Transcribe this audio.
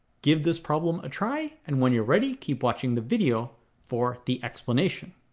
give this problem a try and when you're ready keep watching the video for the explanation.